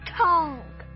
tongue